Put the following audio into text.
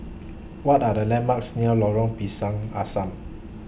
What Are The landmarks near Lorong Pisang Asam